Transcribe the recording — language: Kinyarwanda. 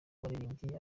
baririmbyi